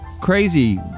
crazy